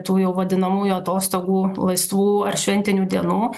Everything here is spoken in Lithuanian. tų jau vadinamųjų atostogų laisvų ar šventinių dienų